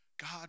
God